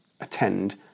attend